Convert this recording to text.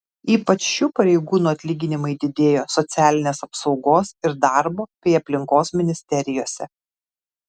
ypač šių pareigūnų atlyginimai didėjo socialinės apsaugos ir darbo bei aplinkos ministerijose